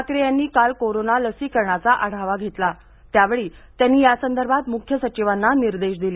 ठाकरे यांनी काल कोरोना लसीकरणाचा आढावा घेतला त्यावेळी त्यांनी यासंदर्भात मुख्य सचिवांना निर्देश दिले